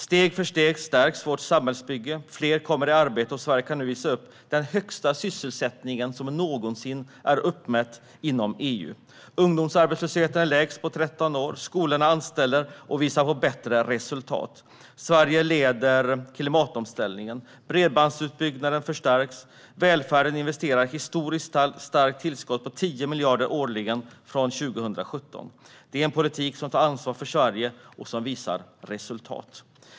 Steg för steg stärks vårt gemensamma samhällsbygge. Fler kommer i arbete, och Sverige kan nu visa upp den högsta sysselsättning som någonsin har uppmätts inom EU. Ungdomsarbetslösheten är den lägsta på 13 år. Skolorna anställer och visar på bättre resultat. Sverige leder klimatomställningen. Bredbandsutbyggnaden förstärks. I välfärden investeras ett historiskt starkt tillskott på 10 miljarder årligen från 2017. Det är en politik som tar ansvar för Sverige och som visar resultat.